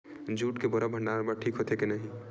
Jute के बोरा भंडारण बर ठीक होथे के नहीं?